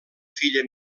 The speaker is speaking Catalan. filla